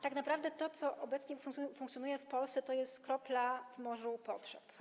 Tak naprawdę to, co obecnie funkcjonuje w Polsce, to jest kropla w morzu potrzeb.